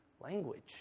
language